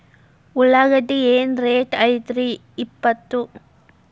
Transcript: ಉಳ್ಳಾಗಡ್ಡಿ ಏನ್ ರೇಟ್ ಐತ್ರೇ ಇಪ್ಪತ್ತು?